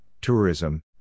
tourism